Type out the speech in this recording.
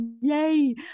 yay